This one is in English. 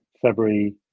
February